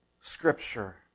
Scripture